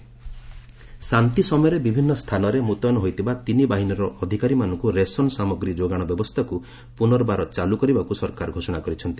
government ration ଶାନ୍ତି ସମୟରେ ବିଭିନ୍ନ ସ୍ଥାନରେ ମୁତୟନ ହୋଇଥିବା ତିନି ବାହିନୀର ଅଧିକାରୀମାନଙ୍କୁ ରେସନ୍ ସାମଗ୍ରୀ ଯୋଗାଣ ବ୍ୟବସ୍ଥାକୁ ପୁନର୍ବାର ଚାଲୁ କରିବାକୁ ସରକାର ଘୋଷଣା କରିଛନ୍ତି